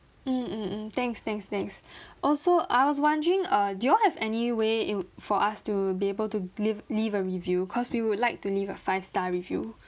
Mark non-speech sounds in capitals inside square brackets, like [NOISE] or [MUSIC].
mm mm mm thanks thanks thanks [BREATH] also I was wondering uh do you all have any way it would for us to be able to leave leave a review cause we would like to leave a five star review